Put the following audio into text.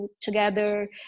together